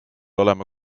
olema